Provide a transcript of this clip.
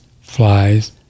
flies